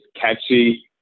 catchy